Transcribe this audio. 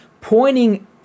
pointing